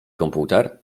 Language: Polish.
komputer